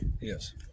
Yes